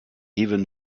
even